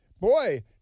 boy